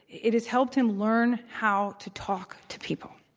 it has helped him learn how to talk to people.